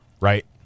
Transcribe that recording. right